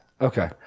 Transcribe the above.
Okay